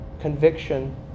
conviction